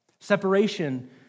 separation